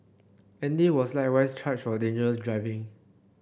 Andy was likewise charged for dangerous driving